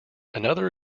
another